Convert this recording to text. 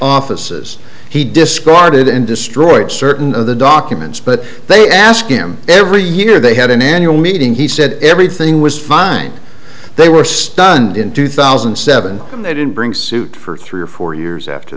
offices he discarded and destroyed certain of the documents but they ask him every year they had an annual meeting he said everything was fine they were stunned in two thousand and seven and they didn't bring suit for three or four years after